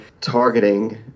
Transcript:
targeting